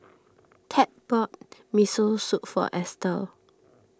Ted bought Miso Soup for Estel